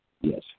Yes